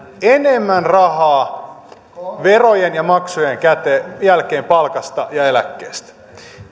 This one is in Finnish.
enemmän rahaa verojen ja maksujen jälkeen palkasta ja eläkkeestä